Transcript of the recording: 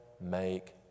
make